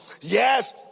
yes